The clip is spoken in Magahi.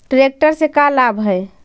ट्रेक्टर से का लाभ है?